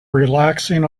relaxing